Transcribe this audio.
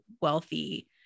wealthy